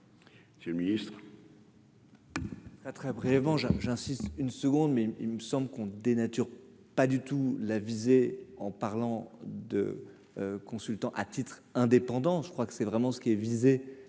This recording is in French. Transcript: Monsieur le Ministre.